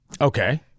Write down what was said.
Okay